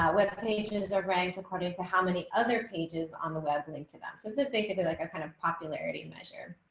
ah web pages are ranked according to how many other pages on the web link announces it basically like a kind of popularity and measure